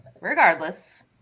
regardless